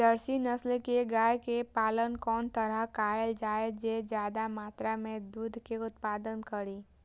Jersey नस्ल के गाय के पालन कोन तरह कायल जाय जे ज्यादा मात्रा में दूध के उत्पादन करी?